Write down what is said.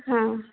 હા